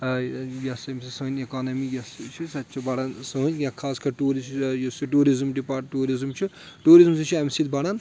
ٲں یہِ ہَسا ییٚمہ سۭتۍ سٲنۍ اِکانمی یۄس چھِ سۄ تہِ چھُ بَڑھان سٲنۍ یا خاص کَر ٹوٗرِسٹہٕ یُس یہِ ٹیٛوٗرِزٕم ڈِپاٹ ٹیٛوٗرِزٕم چھُ ٹیٛوٗرِزٕم تہِ چھُ اَمہِ سۭتۍ بَڑھان